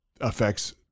affects